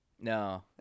No